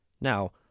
Now